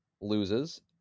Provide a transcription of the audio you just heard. loses